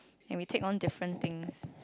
and we take on different things